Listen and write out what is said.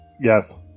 Yes